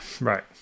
Right